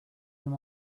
him